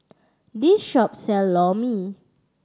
this shop sell Lor Mee